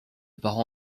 parents